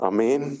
Amen